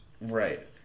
Right